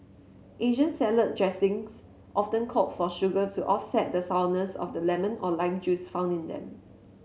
Asian salad dressings often call for sugar to offset the sourness of the lemon or lime juice found in them